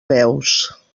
veus